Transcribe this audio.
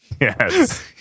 yes